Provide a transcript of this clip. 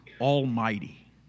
Almighty